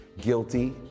guilty